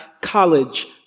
college